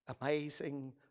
amazing